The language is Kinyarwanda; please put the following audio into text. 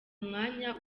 umwanya